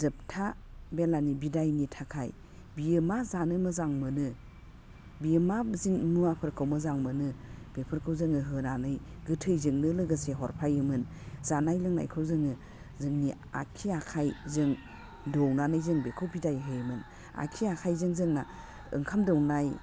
जोबथा बेलानि बिदायनि थाखाय बियो मा जानो मोजां मोनो बियो मा जिं मुवाफोरखौ मोजां मोनो बेफोरखौ जोङो होनानै गोथैजोंनो लोगोसे हरफायोमोन जानाय लोंनायखौ जोङो जोंनि आग्सि आखाइजों दौनानै जों बेखौ बिदाय होयोमोन आग्सि आखाइजों जोंना ओंखाम दौनाय